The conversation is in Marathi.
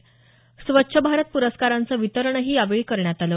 स्वच्छ भारत पुरस्कारांचं वितरण यावेळी करण्यात आलं